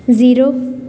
zero